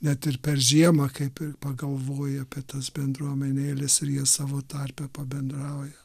net ir per žiemą kaip ir pagalvoji apie tas bendruomenėles ir jie savo tarpe pabendrauja